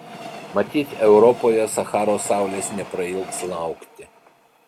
matyt europoje sacharos saulės neprailgs laukti